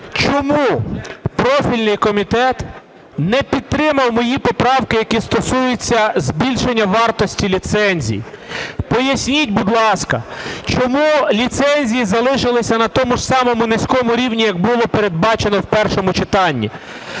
чому профільний комітет не підтримав мої поправки, які стосуються збільшення вартості ліцензій? Поясність, будь ласка, чому ліцензії залишилися на тому ж самому низькому рівні, як було передбачено в першому читанні?